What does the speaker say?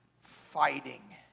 fighting